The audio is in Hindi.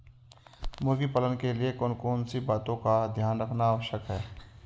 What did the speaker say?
मुर्गी पालन के लिए कौन कौन सी बातों का ध्यान रखना आवश्यक है?